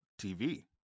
TV